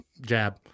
jab